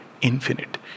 Infinite